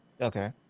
Okay